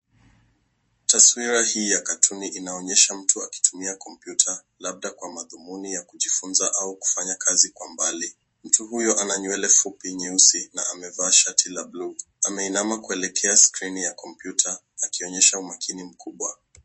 Taswira hii ya katuni inaonyesha mtu akitumia kompyuta, labda kwa madhumuni ya kujifunza au kufanya kazi kwa mbali. Mtu huyo ana nywele fupi nyeusi na shati la bluu. Ameinama kuelekea skrini ya kompyuta, akionyesha umakini mkubwa.